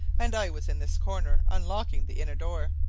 and i was in this corner unlocking the inner door.